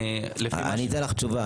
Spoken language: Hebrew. אני אתן לך תשובה,